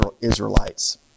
Israelites